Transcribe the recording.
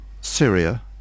Syria